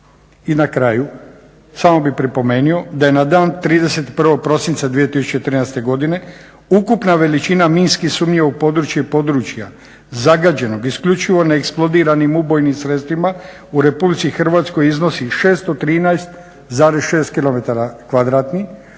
I na kraju samo bih pripomenuo da je na dan 31.prosinca 2013.godine ukupna veličina minski sumnjivo područje i područja zagađenog isključivo na eksplodiranim ubojnim sredstvima u RH iznosi 613,6 km